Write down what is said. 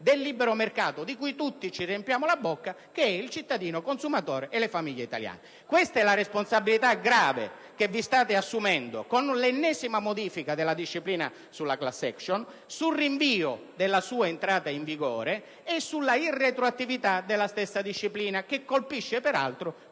del libero mercato - di cui tutti ci riempiamo la bocca - che è il cittadino consumatore e le famiglie italiane. Questa è la responsabilità grave che vi state assumendo con l'ennesima modifica della disciplina sulla *classaction*,con il rinvio della sua entrata in vigore e con la previsione della irretroattività della stessa disciplina, misure che colpiscono peraltro,